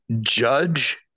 judge